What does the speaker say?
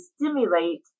stimulate